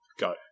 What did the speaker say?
go